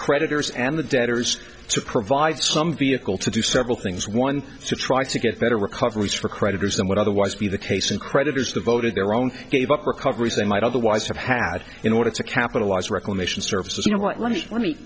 creditors and the debtors to provide some vehicle to do several things one to try to get better recoveries for creditors that would otherwise be the case and creditors devoted their own gave up recoveries they might otherwise have had in order to capitalize reclamation services you know what let me